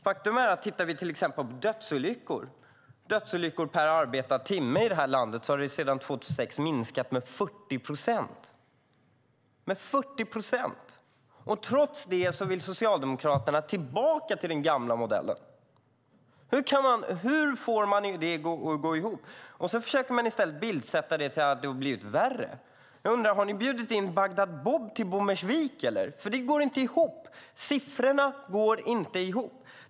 Faktum är att om vi tittar på till exempel antalet dödsolyckor per arbetad timme i det här landet ser vi att det sedan 2006 har minskat med 40 procent. Trots detta vill Socialdemokraterna tillbaka till den gamla modellen. Hur får ni det att gå ihop? Ni försöker bildsätta detta och säger att det har blivit värre. Jag undrar om ni har bjudit in Bagdad Bob till Bommersvik. Det här går ju inte ihop - siffrorna går inte ihop!